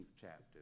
chapter